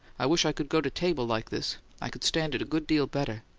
i wish i could go to table like this i could stand it a good deal better.